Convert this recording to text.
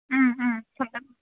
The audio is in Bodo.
ओम ओम सानगोन